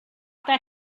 that